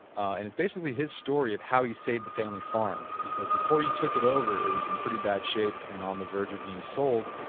and it's basically his story of how he saved the family farm, because before he took it over, it was in pretty bad shape, and on the verge of being sold,